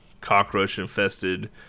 cockroach-infested